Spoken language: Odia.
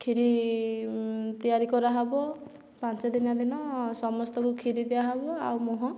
କ୍ଷିରି ତିଆରି କରାହବ ପାଞ୍ଚ ଦିନି ଦିନ ସମସ୍ତଙ୍କୁ କ୍ଷିରି ଦିଆ ହେବ ଆଉ ମୁହଁ